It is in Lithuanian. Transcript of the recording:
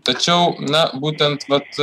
tačiau na būtent vat